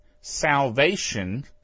salvation